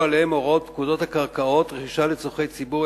עליהם הוראות פקודות הקרקעות (רכישה לצורכי ציבור),